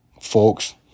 folks